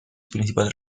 principales